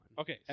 Okay